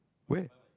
where